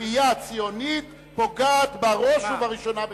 כפייה ציונית פוגעת בראש ובראשונה בציונות.